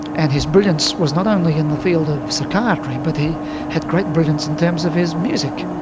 and his brilliance was not only in the field of psychiatry but he had great brilliance in terms of his music.